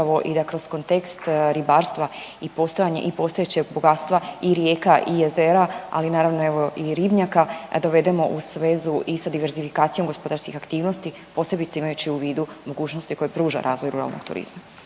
i da kroz kontekst ribarstva i postojanje i postojećeg bogatstva i rijeka i jezera, ali naravno evo i ribnjaka dovezemo u svezu i sa diversifikacijom gospodarskih aktivnosti, posebice imajući u vidu mogućnosti koje pruža razvoj ruralnog turizma?